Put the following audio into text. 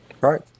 right